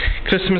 Christmas